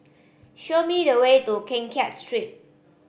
show me the way to Keng Kiat Street